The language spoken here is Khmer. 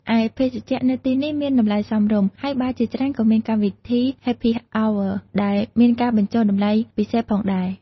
ឯភេសជ្ជៈនៅទីនេះមានតម្លៃសមរម្យ ហើយបារជាច្រើនក៏មានកម្មវិធី ហេភី អោវើន៍ (Happy Hour) ដែលមានការបញ្ចុះតម្លៃពិសេសផងដែរ។